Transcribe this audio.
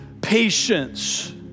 patience